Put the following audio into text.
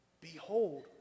Behold